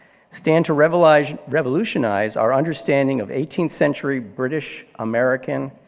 stand to revolutionize revolutionize our understanding of eighteenth century british, american,